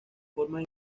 formas